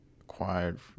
acquired